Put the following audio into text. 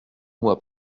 mois